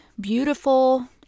beautiful